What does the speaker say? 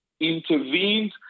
intervened